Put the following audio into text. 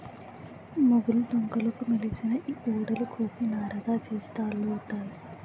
మొగులు డొంకలుకు మొలిసిన ఊడలు కోసి నారగా సేసి తాళల్లుతారు